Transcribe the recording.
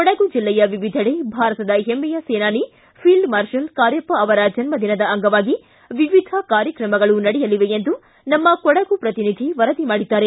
ಕೊಡಗು ಜಲ್ಲೆಯ ವಿವಿಧೆಡೆ ಭಾರತದ ಹೆಮ್ಮೆಯ ಸೇನಾನಿ ಫೀಲ್ಡ್ ಮಾರ್ಷಲ್ ಕಾರ್ಯಪ್ಪ ಅವರ ಜನ್ದಿನದ ಅಂಗವಾಗಿ ವಿವಿಧ ಕಾರ್ಯಕ್ರಮಗಳು ನಡೆಯಲಿವೆ ಎಂದು ನಮ್ಮ ಕೊಡಗು ಪ್ರತಿನಿಧಿ ವರದಿ ಮಾಡಿದ್ದಾರೆ